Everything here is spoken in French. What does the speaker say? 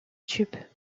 tube